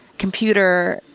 computer,